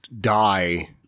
die-